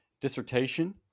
dissertation